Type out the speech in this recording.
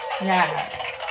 Yes